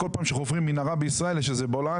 כל פעם שחופרים מנהרה בישראל יש איזה בולען,